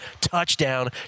touchdown